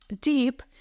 deep